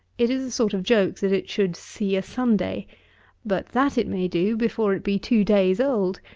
it is a sort of joke that it should see a sunday but, that it may do before it be two days old.